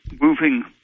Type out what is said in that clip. moving